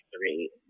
three